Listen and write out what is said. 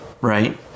right